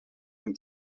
von